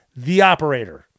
THEOPERATOR